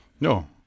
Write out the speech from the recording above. No